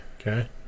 Okay